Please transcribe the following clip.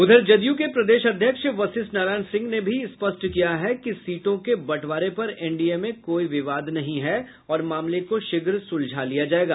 उधर जदयू के प्रदेश अध्यक्ष वशिष्ठ नारायण सिंह ने भी स्पष्ट किया है कि सीटों के बंटवारें पर एनडीए में कोई विवाद नहीं है और मामले को शीघ्र सुलझा लिया जायेगा